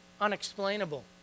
unexplainable